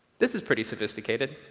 this is pretty sophisticated.